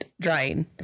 drying